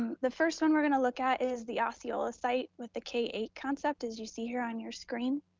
ah the first one we're gonna look at is the osceola site, with the k eight concept, as you see here on your screen.